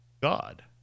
God